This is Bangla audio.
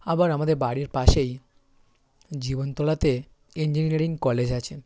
আবার আমাদের বাড়ির পাশেই জীবনতলাতে ইঞ্জিনিয়ারিং কলেজ আছে